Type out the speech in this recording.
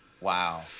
Wow